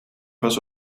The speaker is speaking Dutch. was